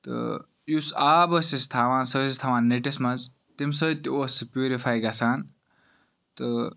تہٕ یُس آب ٲسۍ أسۍ تھاوان سُہ ٲسۍ تھاوان نٔٹِس مَنٛز تمہِ سۭتۍ تہِ اوس سُہ پیورِفاے گَژھان تہٕ